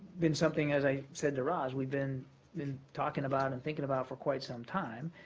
been something, as i said to ros, we've been been talking about and thinking about for quite some time,